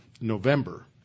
November